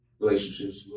relationships